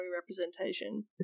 representation